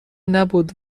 نبود